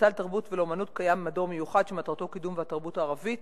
במועצה לתרבות ולאמנות קיים מדור מיוחד שמטרתו קידום התרבות הערבית,